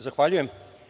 Zahvaljujem.